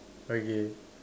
okay